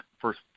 first